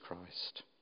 Christ